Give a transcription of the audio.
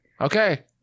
Okay